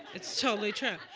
it's totally true.